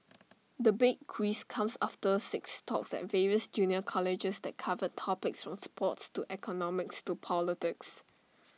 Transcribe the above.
the big quiz comes after six talks at various junior colleges that covered topics from sports to economics to politics